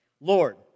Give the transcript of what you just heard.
lord